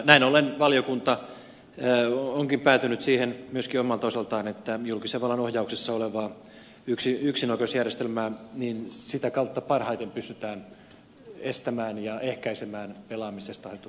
näin ollen valiokunta onkin päätynyt siihen myöskin omalta osaltaan että julkisen vallan ohjauksessa olevaa yksi yksi nokosia estämään olevan yksinoikeusjärjestelmän kautta parhaiten pystytään estämään ja ehkäisemään pelaamisesta